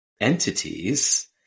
entities